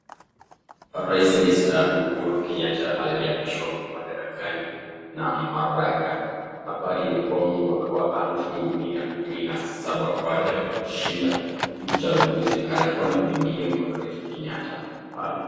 Rais aliyestaafu Uhuru Kenyatta aliapishwa madarakani na Maraga. Hapa ilikuwa mwaka wa 2017 baada ya kushinda uchaguzi. Alikuwa na bibiye Margaret Kenyatta pale.